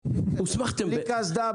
בלי קסדה,